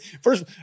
First